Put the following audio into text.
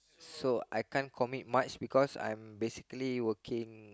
so I can't commit much because I am basically working